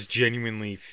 genuinely